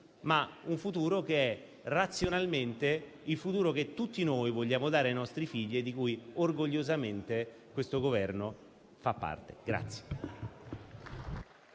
ma che è razionalmente il futuro che tutti noi vogliamo dare ai nostri figli e di cui orgogliosamente questo Governo fa parte.